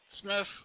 Smith